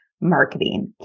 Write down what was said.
marketing